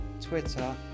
Twitter